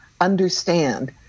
understand